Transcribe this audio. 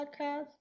podcast